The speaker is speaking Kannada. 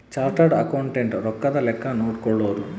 ಚಾರ್ಟರ್ಡ್ ಅಕೌಂಟೆಂಟ್ ರೊಕ್ಕದ್ ಲೆಕ್ಕ ನೋಡ್ಕೊಳೋರು